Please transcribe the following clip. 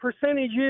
percentage